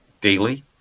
daily